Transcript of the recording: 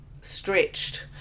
stretched